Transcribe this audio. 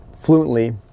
fluently